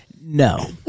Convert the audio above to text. No